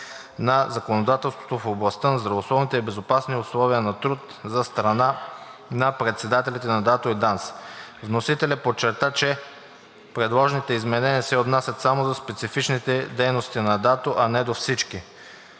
на законодателството в областта на здравословните и безопасни условия на труд от страна на председателите на ДАТО и ДАНС. Вносителят подчерта, че предложените изменения се отнасят само до специфичните дейности на ДАТО, а не до всички.